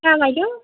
অঁ বাইদেউ